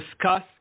Discuss